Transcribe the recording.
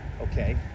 okay